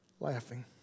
laughing